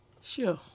Sure